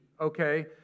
okay